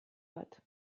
bat